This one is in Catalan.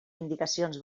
indicacions